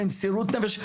במסירות נפש,